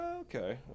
Okay